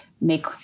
make